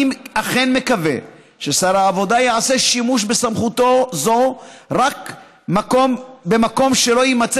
אני אכן מקווה ששר העבודה יעשה שימוש בסמכותו זו רק במקום שלא יימצא